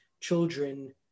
children